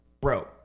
Bro